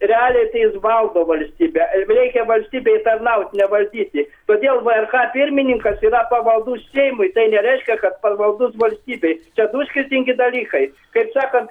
realiai tai jis valdo valstybę reikia valstybei tarnaut nevaldyti todėl vrk pirmininkas yra pavaldus seimui tai nereiškia kad pavaldus valstybei čia du skirtingi dalykai kaip sakant